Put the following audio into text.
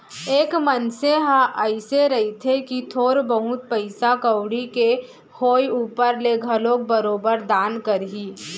एक मनसे ह अइसे रहिथे कि थोर बहुत पइसा कउड़ी के होय ऊपर ले घलोक बरोबर दान करही